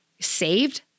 saved